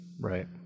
Right